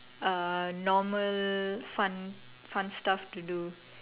a normal fun stuff to do